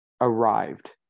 arrived